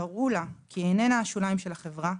תראו לה כי היא איננה השוליים של החברה,